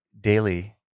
daily